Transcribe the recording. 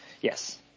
Yes